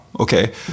Okay